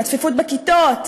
הצפיפות בכיתות,